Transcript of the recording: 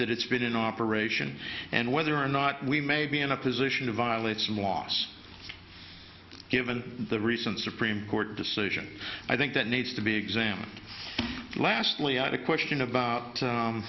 that it's been in operation and whether or not we may be in a position of violet's loss given the recent supreme court decision i think that needs to be examined lastly at a question about